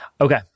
Okay